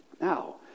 Now